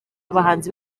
abahanzi